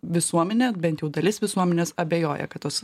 visuomenė bent jau dalis visuomenės abejoja kad tos